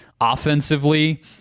offensively